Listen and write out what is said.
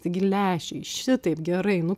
taigi lęšiai šitaip gerai nu